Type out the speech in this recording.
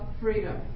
freedom